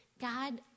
God